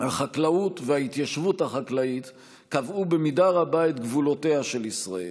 החקלאות וההתיישבות החקלאית קבעו במידה רבה את גבולותיה של ישראל.